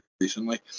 recently